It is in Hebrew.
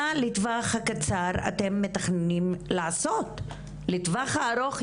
מה אתם מתכננים לעשות לטווח הקצר?